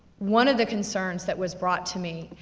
one of the concerns that was brought to me,